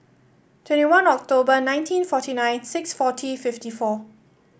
twenty one October nineteen forty nine six forty fifty four